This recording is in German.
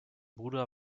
bruder